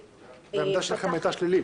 והעמדה שלכם הייתה שלילית.